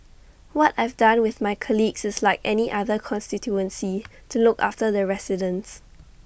what I've done with my colleagues is like any other constituency to look after the residents